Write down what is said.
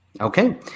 Okay